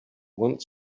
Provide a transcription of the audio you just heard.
want